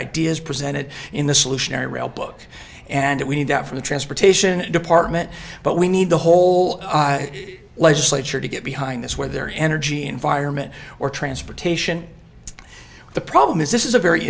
ideas presented in the solution a real book and we need that from the transportation department but we need the whole legislature to get behind this where their energy environment or transportation the problem is this is a very